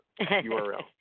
URL